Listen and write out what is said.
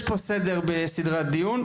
יש פה סדר בסדרי הדיון,